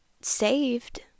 saved